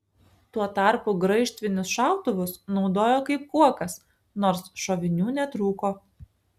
tuo tarpu graižtvinius šautuvus naudojo kaip kuokas nors šovinių netrūko